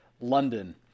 London